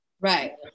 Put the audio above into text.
Right